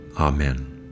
Amen